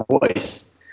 voice